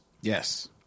Yes